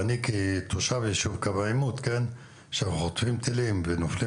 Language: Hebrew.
ואני כתושב ישוב קו העימות אומר שכאשר חוטפים טילים ונופלים